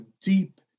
deep